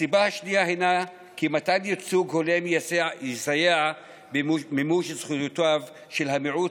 הסיבה השנייה היא כי מתן ייצוג הולם יסייע במימוש זכויותיו של המיעוט